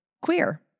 queer